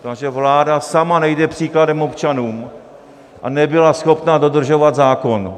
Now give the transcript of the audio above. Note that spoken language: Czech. Takže vláda sama nejde příkladem občanům a nebyla schopna dodržovat zákon.